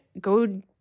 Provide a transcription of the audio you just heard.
go